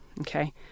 okay